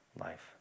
life